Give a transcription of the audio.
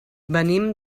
venim